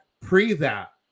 pre-that